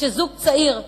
שזוג צעיר,